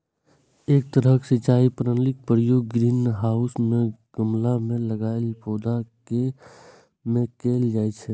एहन तरहक सिंचाई प्रणालीक प्रयोग ग्रीनहाउस मे गमला मे लगाएल पौधा मे कैल जाइ छै